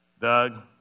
Doug